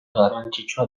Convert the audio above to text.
garrantzitsua